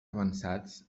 avançats